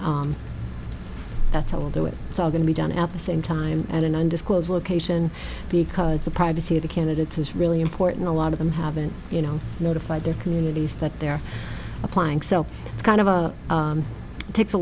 then that's how we'll do it it's all going to be done at the same time at an undisclosed location because the privacy of the candidates is really important a lot of them haven't you know notified their communities that they're applying so it's kind of a takes a